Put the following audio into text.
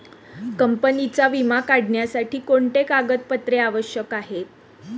कंपनीचा विमा काढण्यासाठी कोणते कागदपत्रे आवश्यक आहे?